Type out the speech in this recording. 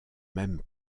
même